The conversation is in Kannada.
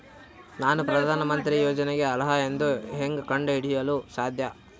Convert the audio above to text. ನಾನು ಪ್ರಧಾನ ಮಂತ್ರಿ ಯೋಜನೆಗೆ ಅರ್ಹ ಎಂದು ಹೆಂಗ್ ಕಂಡ ಹಿಡಿಯಲು ಸಾಧ್ಯ?